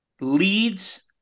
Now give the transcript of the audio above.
leads